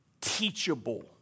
teachable